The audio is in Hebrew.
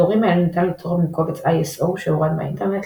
את התקליטורים האלה ניתן לצרוב מקובץ ISO שהורד מהאינטרנט,